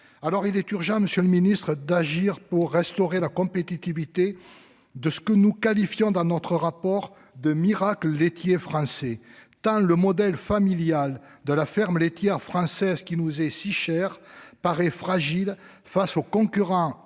Alors, il est urgent, Monsieur le Ministre d'agir pour restaurer la compétitivité de ce que nous qualifions d'un autre rapport de miracle laitiers français tant le modèle familial de la ferme laitière française, qui nous est si cher paraît fragile face aux concurrents